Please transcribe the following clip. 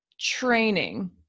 training